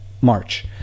March